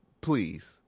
Please